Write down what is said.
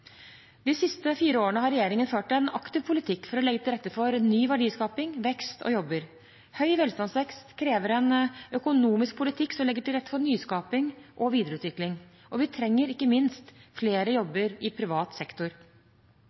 De siste fire årene har regjeringen ført en aktiv politikk for å legge til rette for ny verdiskaping, vekst og jobber. Høy velstandsvekst krever en økonomisk politikk som legger til rette for nyskaping og videreutvikling. Og vi trenger, ikke minst, flere jobber i privat sektor.